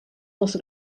les